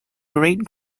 great